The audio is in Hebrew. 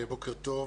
בוקר טוב,